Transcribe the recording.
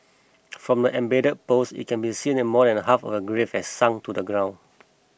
from the embedded post it can be seen that more than half of the grave had sunk into the ground